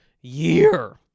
year